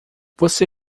você